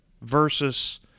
versus